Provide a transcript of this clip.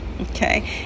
okay